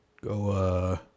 go